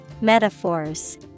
Metaphors